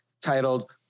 titled